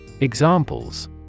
Examples